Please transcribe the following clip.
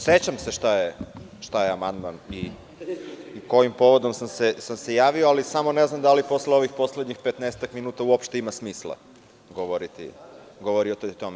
Sećam se šta je amandman i kojim povodom sam se javio, ali samo ne znam da li posle ovih poslednjih 15 minuta uopšte ima smisla govoriti o tome.